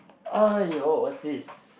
!aiyo! what this